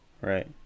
Right